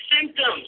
symptoms